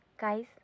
Guys